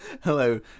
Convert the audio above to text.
Hello